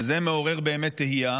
וזה מעורר באמת תהייה